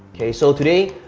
okay, so today,